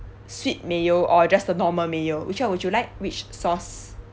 sweet mayo or just a normal mayo which one would you like which sauce